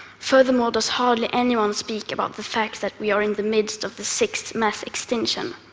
furthermore does hardly anyone speak about the fact that we are in the midst of the sixth mass extinction,